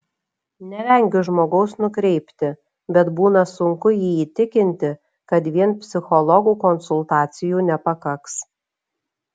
nevengiu žmogaus nukreipti bet būna sunku jį įtikinti kad vien psichologų konsultacijų nepakaks